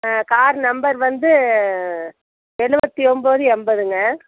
car number வந்து எழுவத்தி ஒம்பது எண்பதுங்க